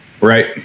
right